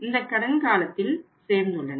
இந்த கடன் காலத்தில் சேர்ந்துள்ளன